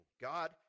God